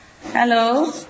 Hello